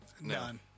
None